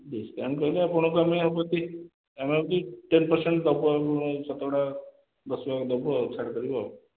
discount ରହିଲେ ଆପଣଙ୍କୁ ଆମେ ଆଉ ଟେନ୍ ପରସେଣ୍ଟ୍ ଶତକଡ଼ା ଦଶଭାଗ ଦେବୁ ଆଉ ଛାଡ଼ କରିବୁ ଆଉ